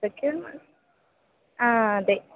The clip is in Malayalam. ഇതൊക്കെയാണ് വ ആ അതെ